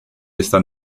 están